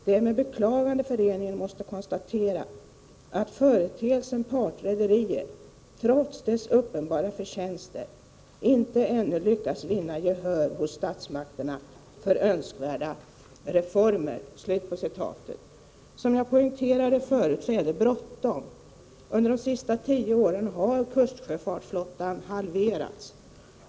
Det är med beklagande föreningen måste konstatera att företeelsen partrederier, trots dess uppenbara förtjänster, inte ännu lyckats vinna gehör hos statsmakterna för önskvärda reformer.” Som jag poängterade förut är det bråttom. Under de senaste tio åren har kustsjöfartsflottan halverats.